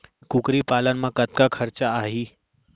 कुकरी पालन म कतका खरचा आही?